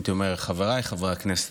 הייתי אומר "חבריי חברי הכנסת",